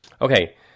Okay